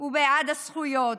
ובעד הזכויות.